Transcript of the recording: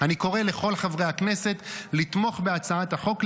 אני קורא לכל חברי הכנסת לתמוך בהצעת החוק,